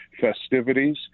festivities